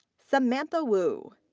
samantha wu.